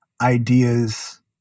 ideas